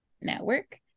Network